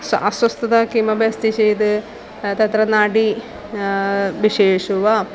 स्व अस्वस्थता किमपि अस्ति चेद् तत्र नाडी विषयेषु वा